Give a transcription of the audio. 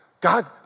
God